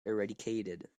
eradicated